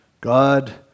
God